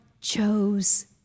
chose